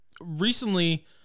recently